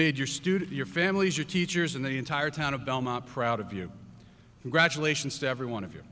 made your student your families your teachers and the entire town of belmont proud of you congratulations to every one of you